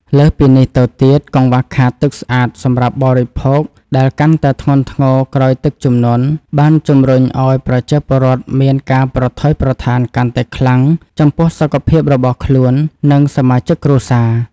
លើសពីនេះទៅទៀត កង្វះខាតទឹកស្អាតសម្រាប់បរិភោគដែលកាន់តែធ្ងន់ធ្ងរក្រោយទឹកជំនន់ បានជំរុញឱ្យប្រជាពលរដ្ឋមានការប្រថុយប្រថានកាន់តែខ្លាំងចំពោះសុខភាពរបស់ខ្លួន និងសមាជិកគ្រួសារ។